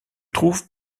trouve